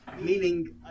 meaning